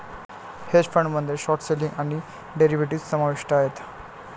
hedge फंडामध्ये short selling आणि derivatives समाविष्ट आहेत